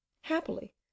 Happily